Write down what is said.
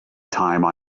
time